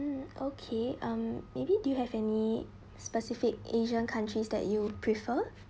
okay um maybe do you have any specific asian countries that you prefer